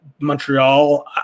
Montreal